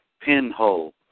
pinhole